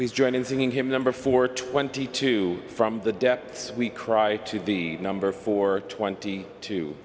please join in singing him number four twenty two from the depths we cry to be number four twenty two